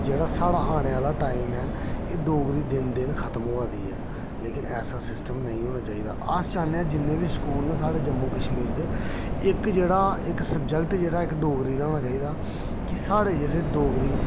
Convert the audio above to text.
जेह्ड़ा साढ़ा आने आह्ला टाइम ऐ एह् डोगरी दिन दिन खत्म होआ दी ऐ लेकिन ऐसा सिस्टम नेईं होना चाहिदा अस चाह्न्नेआ आं जिन्नें बी स्कूल न साढ़े जम्मू कश्मीर दे इक्क जेह्ड़ा इक्क सब्जैक्ट डोगरी दा होना चाहिदा कि जेह्ड़ी साढ़ी डोगरी